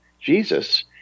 jesus